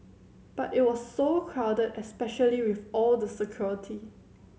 but it was so crowded especially with all the security